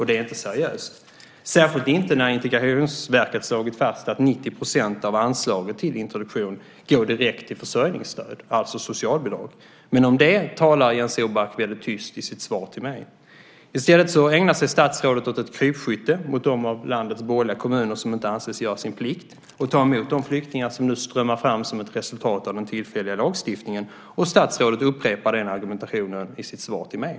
Det är inte seriöst, särskilt inte när Integrationsverket slagit fast att 90 % av anslaget till introduktion går direkt till försörjningsstöd, alltså socialbidrag. Men om det talar Jens Orback väldigt tyst i sitt svar till mig. I stället ägnar sig statsrådet åt ett krypskytte mot de av landets borgerliga kommuner som inte anses göra sin plikt och ta emot de flyktingar som strömmar fram som ett resultat av den tillfälliga lagstiftningen, och statsrådet upprepar den argumentationen i sitt svar till mig.